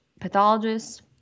pathologists